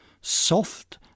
soft